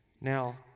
Now